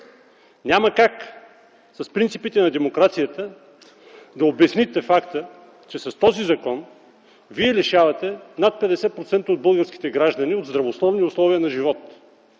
Няма как с принципите на демокрацията да обясните факта, че с този закон вие лишавате над 50% от българските граждани от здравословни условия на живот,